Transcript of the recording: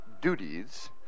duties